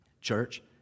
church